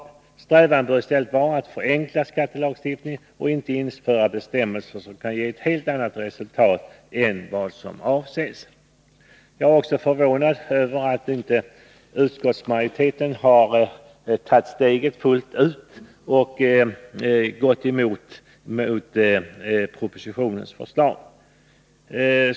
Strävan bör vara att förenkla skattelagstiftningen — inte att införa bestämmelser som kan ge ett helt annat resultat än vad som avses. Jag är förvånad över att utskottsmajoriteten inte har tagit steget fullt ut och gått emot propositionens förslag.